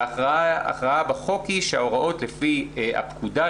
ההכרעה בחוק היא שההוראות לפי הפקודה,